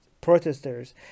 protesters